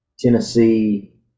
Tennessee